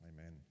Amen